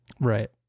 Right